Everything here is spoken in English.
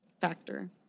factor